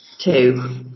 Two